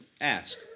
ask